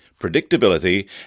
predictability